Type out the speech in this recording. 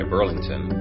Burlington